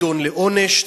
נידון לעונש,